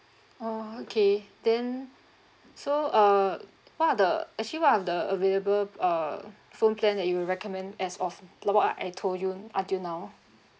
oh okay then so uh what are the actually what are the available uh phone plan that you recommend as of like what I I told you until now